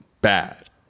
bad